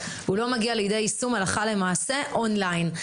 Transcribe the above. הוא לא מגיע לידי יישום הלכה למעשה אונליין.